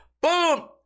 boom